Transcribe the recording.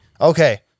Okay